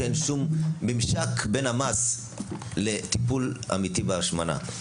אין שום ממשק בין המס לטיפול אמיתי בהשמנה.